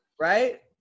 Right